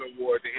award